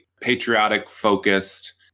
patriotic-focused